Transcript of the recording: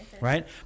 right